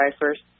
first